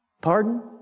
Pardon